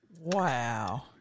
Wow